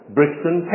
Brixton